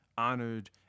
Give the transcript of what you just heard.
honored